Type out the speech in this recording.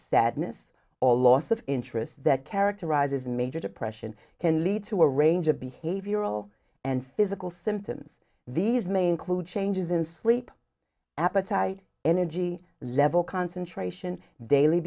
sadness or loss of interest that characterizes major depression can lead to a range of behavioral and physical symptoms these may include changes in sleep appetite energy level concentration daily